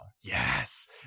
Yes